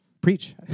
preach